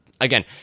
again